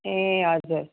ए हजुर